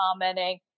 commenting